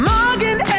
Morgan